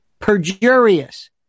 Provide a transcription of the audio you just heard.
perjurious